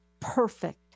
perfect